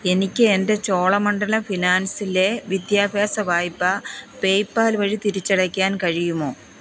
എനിക്ക് എൻ്റെ ചോളമണ്ഡലം ഫിനാൻസിലെ വിദ്യാഭ്യാസ വായ്പ പേയ്പാൽ വഴി തിരിച്ചടയ്ക്കാൻ കഴിയുമോ